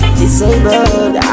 Disabled